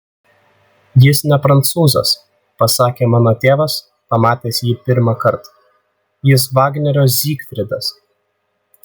jis ne prancūzas pasakė mano tėvas pamatęs jį pirmąkart jis vagnerio zygfridas